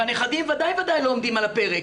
והנכדים וודאי שלא עומדים על הפרק.